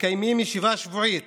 מקיימים ישיבה שבועית